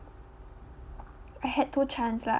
I had two chance lah